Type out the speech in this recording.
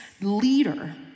leader